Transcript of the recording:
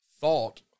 thought